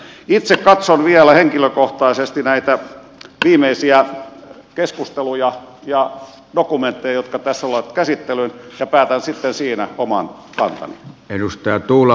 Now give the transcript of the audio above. itse katson vielä henkilökohtaisesti näitä viimeisiä keskusteluja ja dokumentteja jotka tässä tulevat käsittelyyn ja päätän sitten siinä oman kantani